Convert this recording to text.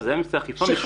זה היה מבצע אכיפה משולב.